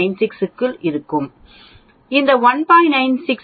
96 க்குள் இருக்கும் என்று எனக்குத் தெரிந்தால் இந்த 1